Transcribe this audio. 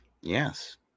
yes